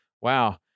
wow